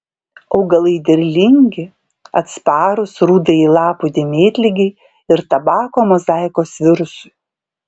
augalai derlingi atsparūs rudajai lapų dėmėtligei ir tabako mozaikos virusui